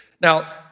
Now